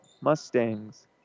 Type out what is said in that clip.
Mustangs